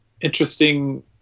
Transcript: interesting